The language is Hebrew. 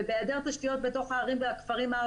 ובהיעדר תשתיות בתוך הערים הערביות והכפרים,